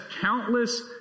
countless